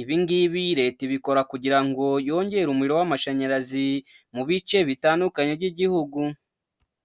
ibi ngibi Leta ibikora kugira ngo yongere umuriro w'amashanyarazi mu bice bitandukanye by'igihugu.